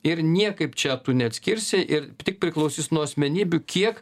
ir niekaip čia tu neatskirsi ir tik priklausys nuo asmenybių kiek